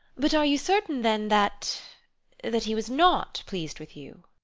but are you certain, then, that that he was not pleased with you?